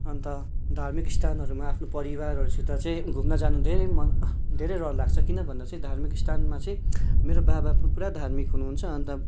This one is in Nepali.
अन्त धार्मिक स्थानहरूमा आफ्नो परिवारहरूसित चाहिँ घुम्न जानु धेरै मन धेरै रहर लाग्छ किनभन्दा चाहिँ धार्मिक स्थानमा मेरो बाबा पुरा धार्मिक हुनुहुन्छ अन्त